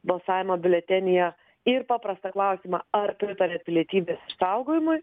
balsavimo biuletenyje ir paprastą klausimą ar pritariat pilietybės išsaugojimui